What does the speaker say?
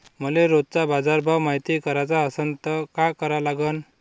मले रोजचा बाजारभव मायती कराचा असन त काय करा लागन?